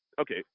okay